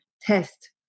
test